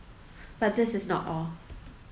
but this is not all